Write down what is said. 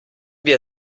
wir